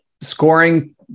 scoring